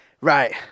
Right